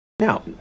Now